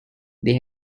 they